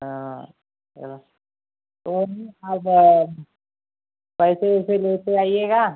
हाँ अच्छा तो वहीं आप पैसे वैसे लेते आइएगा